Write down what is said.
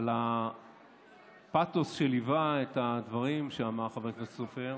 אבל הפתוס שליווה את הדברים שאמר חבר הכנסת סופר